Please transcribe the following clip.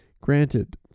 granted